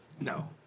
No